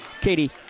Katie